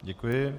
Děkuji.